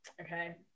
okay